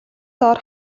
доор